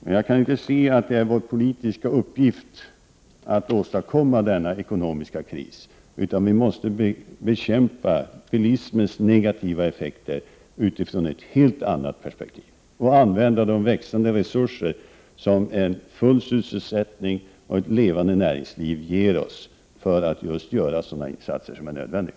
Men jag kan inte se att det är vår politiska uppgift att åstadkomma denna ekonomiska kris, utan vi måste bekämpa bilismens negativa effekter utifrån ett helt annat perspektiv. Vi måste använda de växande resurser som en full sysselsättning och ett levande näringsliv ger oss till just sådana insatser som är nödvändiga.